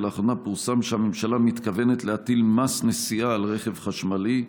ולאחרונה פורסם שהממשלה מתכוונת להטיל מס נסיעה על רכב חשמלי.